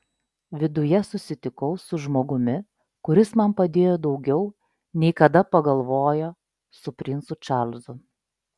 viduje susitikau su žmogumi kuris man padėjo daugiau nei kada pagalvojo su princu čarlzu